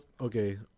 okay